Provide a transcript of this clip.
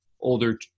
older